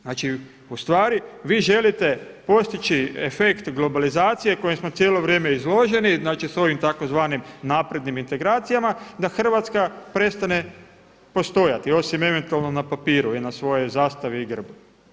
Znači vi želite postići efekt globalizacije kojem smo cijelo vrijeme izloženi, znači sa ovim tzv. naprednim integracijama da Hrvatska prestane postojati osim eventualno na papiru i na svojoj zastavi i na grbu.